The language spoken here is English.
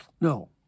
No